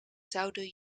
zouden